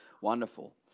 Wonderful